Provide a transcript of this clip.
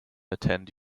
attend